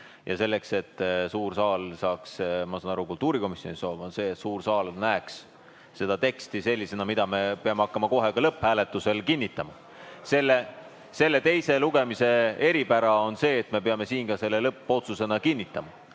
Ja soovitakse, et suur saal näeks – ma saan aru, et kultuurikomisjoni soov on see –, et suur saal näeks seda teksti sellisena, mida me peame hakkama kohe ka lõpphääletusel kinnitama. Selle teise lugemise eripära on see, et me peame eelnõu ka lõppotsusena kinnitama